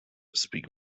speak